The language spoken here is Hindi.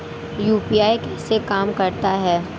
यू.पी.आई कैसे काम करता है?